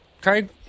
Craig